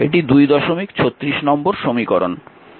এটি 236 নম্বর সমীকরণ